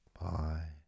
Bye